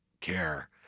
care